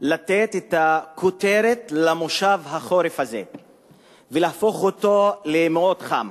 לתת את הכותרת למושב הזה ולהפוך אותו למאוד חם.